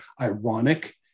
ironic